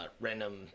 random